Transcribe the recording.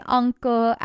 uncle